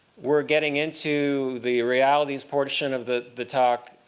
we're getting into the realities portion of the the talk,